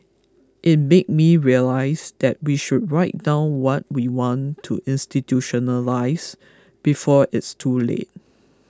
it made me realise that we should write down what we want to institutionalise before it's too late